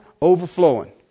overflowing